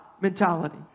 mentality